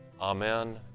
Amen